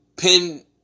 pin